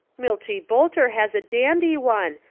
milty boulter has a dandy one,